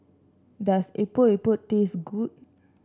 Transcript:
does Epok Epok taste good